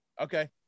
Okay